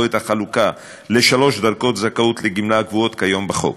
או את החלוקה לשלוש דרגות זכאות לגמלה הקבועות כיום בחוק.